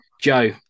Joe